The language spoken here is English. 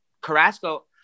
Carrasco